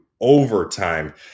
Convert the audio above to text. overtime